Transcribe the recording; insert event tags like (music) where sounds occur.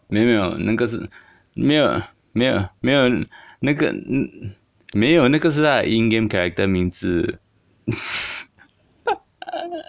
没有没有那个是没有没有没有那个没有那个是她的 in game character 名字 (laughs)